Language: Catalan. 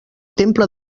temple